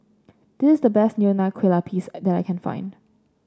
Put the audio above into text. this is the best Nonya Kueh Lapis that I can find